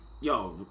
yo